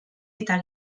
eta